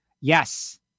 Yes